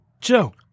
Joe